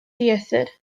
dieithr